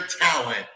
talent